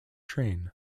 train